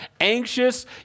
anxious